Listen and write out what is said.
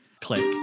Click